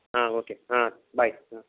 okay bye